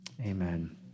Amen